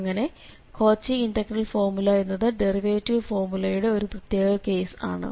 അങ്ങനെ Cauchy integral formula എന്നത് derivative ഫോർമുലയുടെ ഒരു പ്രത്യേക കേസ് ആണ്